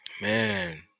man